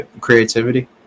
creativity